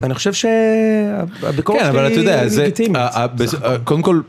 אני חושב שהביקורת היא לגיטימית.